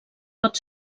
pot